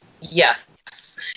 Yes